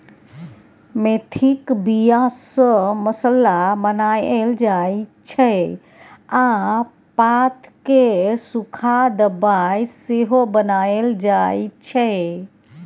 मेथीक बीया सँ मसल्ला बनाएल जाइ छै आ पात केँ सुखा दबाइ सेहो बनाएल जाइ छै